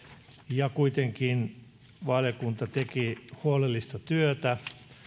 ja kuitenkin valiokunta teki huolellista työtä